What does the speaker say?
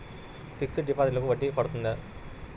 Fixed డిపాజిట్లకు వడ్డీ పడుతుందా?